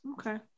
okay